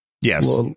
Yes